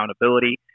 accountability